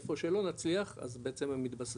איפה שלא נצליח אז בעצם הם מתבססים